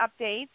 updates